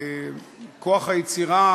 כוח היצירה